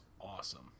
awesome